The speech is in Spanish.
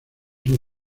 son